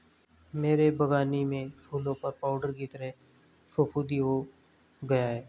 मेरे बगानी में फूलों पर पाउडर की तरह फुफुदी हो गया हैं